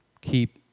keep